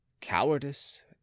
cowardice